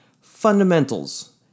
fundamentals